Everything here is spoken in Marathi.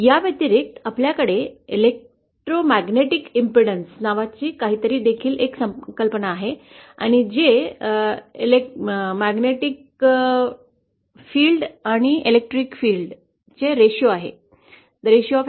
याव्यतिरिक्त आपल्याकडे इलेक्ट्रोमॅग्नेटिक इम्पेडन्स नावाचे काहीतरी देखील आहे जे चुंबकीय क्षेत्राचे विद्युत प्रमाण आहे